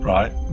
Right